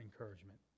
encouragement